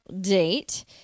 date